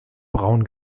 braun